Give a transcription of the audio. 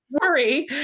worry